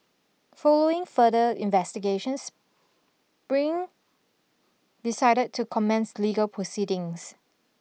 following further investigations spring decided to commence legal proceedings